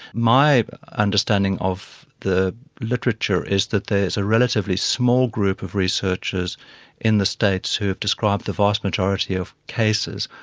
my understanding of the literature is that there's a relatively small group of researchers in the states who have described the vast majority of cases.